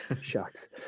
Shucks